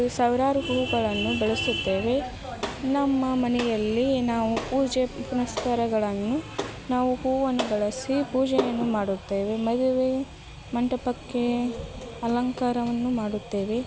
ಸಾವಿರಾರು ಹೂವುಗಳನ್ನು ಬೆಳೆಸುತ್ತೇವೆ ನಮ್ಮ ಮನೆಯಲ್ಲಿ ನಾವು ಪೂಜೆ ಪುನಸ್ಕಾರಗಳನ್ನು ನಾವು ಹೂವನ್ನು ಬಳಸಿ ಪೂಜೆಯನ್ನು ಮಾಡುತ್ತೇವೆ ಮದುವೆ ಮಂಟಪಕ್ಕೆ ಅಲಂಕಾರವನ್ನು ಮಾಡುತ್ತೇವೆ